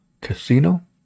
Casino